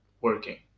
working